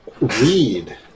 weed